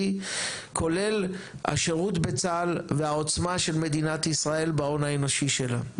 כולל השירות בצה"ל והעוצמה של מדינת ישראל בהון האנושי שלה.